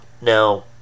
Now